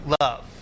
love